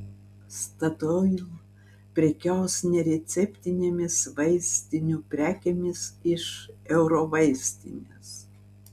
statoil prekiaus nereceptinėmis vaistinių prekėmis iš eurovaistinės